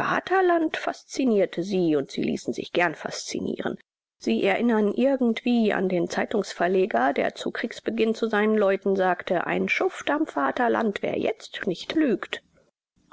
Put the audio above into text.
vaterland faszinierte sie und sie ließen sich gern faszinieren sie erinnern irgendwie an den zeitungsverleger der zu kriegsbeginn zu seinen leuten sagte ein schuft am vaterland wer jetzt nicht lügt